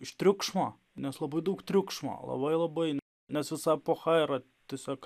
iš triukšmo nes labai daug triukšmo labai labai nes visa epocha yra tiesiog